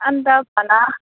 अन्त भन